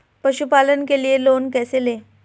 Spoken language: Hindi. पशुपालन के लिए लोन कैसे लें?